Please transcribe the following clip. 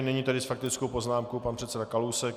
Nyní tedy s faktickou poznámkou pan předseda Kalousek.